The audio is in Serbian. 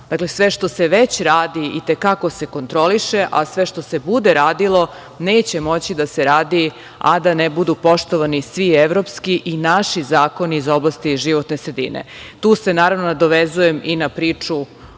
radilo, sve što se već radi i te kako se kontroliše, a sve što se bude radilo, neće moći da se radi, a da ne budu poštovani svi evropski i naši zakoni iz oblasti životne sredine. Tu se naravno, nadovezujem i na priču o